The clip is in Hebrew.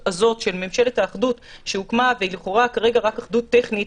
ממשלת האחדות הוקמה ולכאורה כרגע היא רק אחדות טכנית,